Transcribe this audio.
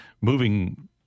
moving